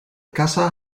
kassa